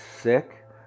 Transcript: sick